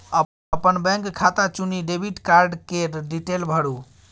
अपन बैंक खाता चुनि डेबिट कार्ड केर डिटेल भरु